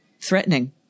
threatening